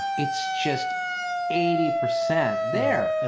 it's just eighty percent there,